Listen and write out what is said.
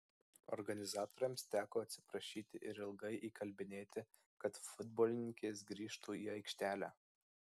organizatoriams teko atsiprašyti ir ilgai įkalbinėti kad futbolininkės grįžtų į aikštelę